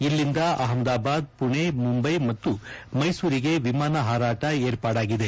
ಇಲ್ಲಿಂದ ಅಹಮದಾಬಾದ್ ಪುಣೆ ಮುಂಬೈ ಮತ್ತು ಮೈಸೂರಿಗೆ ವಿಮಾನ ಹಾರಾಟ ಏರ್ಪಾಡಾಗಿದೆ